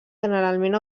generalment